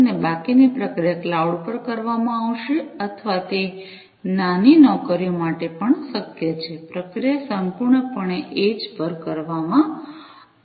અને બાકીની પ્રક્રિયા ક્લાઉડ પર કરવામાં આવશે અથવા તે નાની નોકરીઓ માટે પણ શક્ય છે પ્રક્રિયા સંપૂર્ણપણે એડ્જ પર કરવામાં આવશે